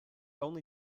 only